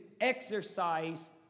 exercise